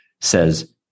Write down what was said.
says